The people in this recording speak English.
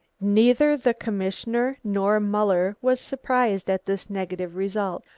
neither the commissioner nor muller was surprised at this negative result.